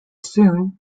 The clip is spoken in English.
soon